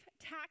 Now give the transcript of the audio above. tax